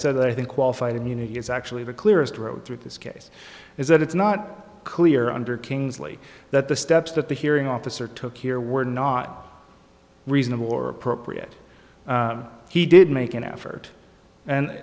said that i think qualified immunity is actually the clearest road through this case is that it's not clear under kingsley that the steps that the hearing officer took here were not reasonable or appropriate he did make an effort and